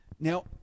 Now